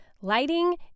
Lighting